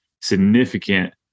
significant